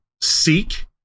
seek